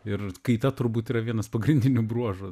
ir kaita turbūt yra vienas pagrindinių bruožų